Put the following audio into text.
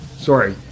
Sorry